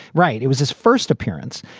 right? it was his first appearance.